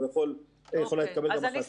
אבל יכולה להתקבל גם החלטה אחרת.